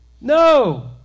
No